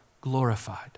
glorified